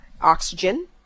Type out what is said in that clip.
oxygen